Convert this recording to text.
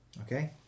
Okay